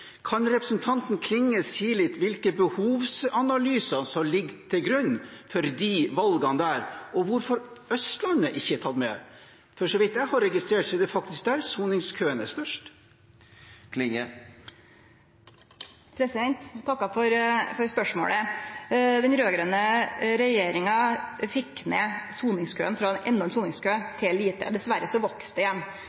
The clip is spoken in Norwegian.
Kan representanten Klinge si litt om hvilke behovsanalyser som ligger til grunn for disse valgene, og hvorfor Østlandet ikke er tatt med? For så vidt jeg har registrert, er det faktisk der soningskøen er størst. Eg takkar for spørsmålet. Den raud-grøne regjeringa fekk ned soningskøen frå ein enorm soningskø